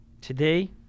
today